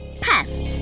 pests